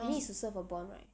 but he needs to serve a bond right